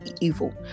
evil